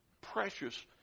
precious